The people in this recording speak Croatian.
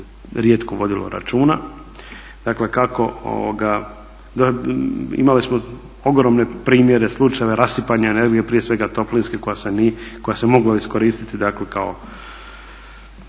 rijetko vodilo računa. Dakle, imali smo ogromne primjere, slučajeve rasipanja energije, prije svega toplinske koja se mogla iskoristiti dakle